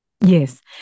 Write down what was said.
Yes